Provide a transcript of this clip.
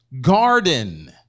garden